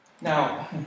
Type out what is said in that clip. Now